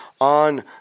on